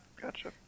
Gotcha